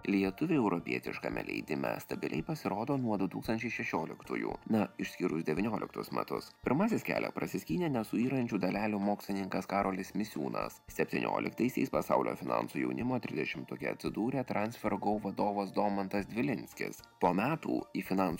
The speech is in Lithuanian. lietuviai europietiškame leidime stabiliai pasirodo nuo du tūkstančiai šešioliktųjų na išskyrus devyniolktus metus pirmasis kelią prasiskynė nesuyrančių dalelių mokslininkas karolis misiūnas septynioliktaisiais pasaulio finansų jaunimo trisdešimtuke atsidūrė transfer go vadovas domantas dvilinskis po metų į finansų